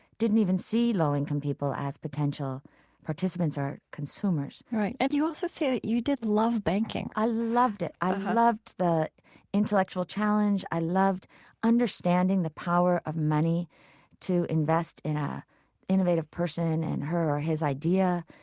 didn't even see low-income people as potential participants or consumers right. and you also say that you did love banking i loved it. i loved the intellectual challenge. i loved understanding the power of money to invest in an ah innovative person and her or his idea,